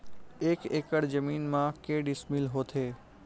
एक एकड़ जमीन मा के डिसमिल होथे?